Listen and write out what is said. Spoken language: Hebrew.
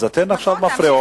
אז אתן עכשיו מפריעות.